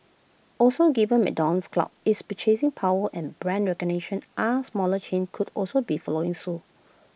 also given McDonald's clout its purchasing power and brand recognition are smaller chains could also be following suit